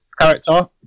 character